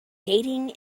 dating